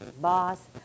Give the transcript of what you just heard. boss